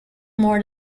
more